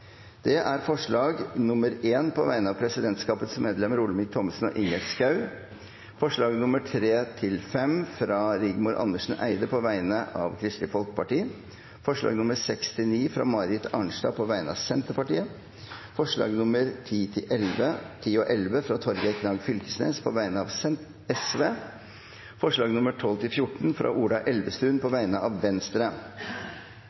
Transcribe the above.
alt 13 forslag. Det er forslag nr. 1, fra presidentskapets medlemmer Olemic Thommessen og Ingjerd Schou forslagene nr. 3–5, fra Rigmor Andersen Eide på vegne av Kristelig Folkeparti forslagene nr. 6–9, fra Marit Arnstad på vegne av Senterpartiet forslagene nr. 10 og 11, fra Torgeir Knag Fylkesnes på vegne av Sosialistisk Venstreparti forslagene nr. 12–14, fra Ola Elvestuen på